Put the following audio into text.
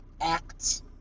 Acts